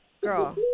girl